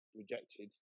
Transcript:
rejected